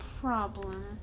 problem